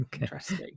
Interesting